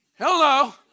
Hello